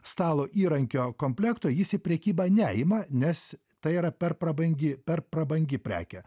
stalo įrankio komplekto jis į prekybą neima nes tai yra per prabangi per prabangi prekė